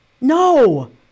No